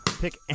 Pick